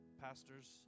Pastors